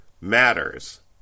matters